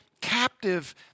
captive